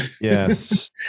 yes